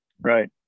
Right